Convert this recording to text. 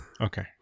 Okay